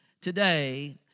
today